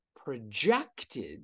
projected